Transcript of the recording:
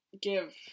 give